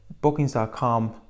bookings.com